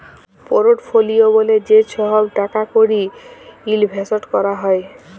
portfolio ব্যলে যে ছহব টাকা কড়ি ইলভেসট ক্যরা হ্যয়